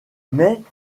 mais